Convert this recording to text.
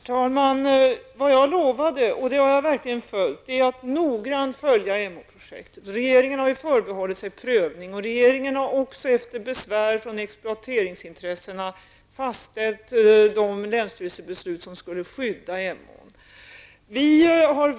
Herr talman! Det jag lovade, och det har jag verkligen följt, var att noggrant följa Emåprojektet. Regeringen har förbehållit sig prövning, och regeringen har efter besvär från exploateringsintressena fastställt de länsstyrelsebeslut som skulle skydda Emån.